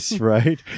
right